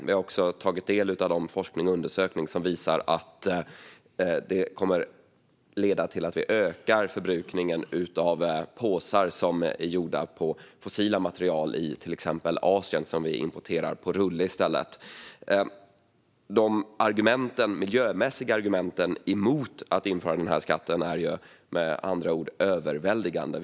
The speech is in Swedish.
Vi har också tagit del av forskning och undersökningar som visar att det kommer att leda till att vi ökar förbrukningen av påsar som är gjorda av fossila material i till exempel Asien som vi i stället importerar på rulle. De miljömässiga argumenten mot att införa skatten är med andra ord överväldigande.